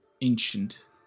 ancient